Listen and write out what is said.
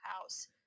house